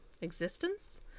existence